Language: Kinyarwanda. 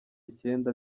icyenda